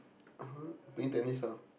!huh! play tennis ah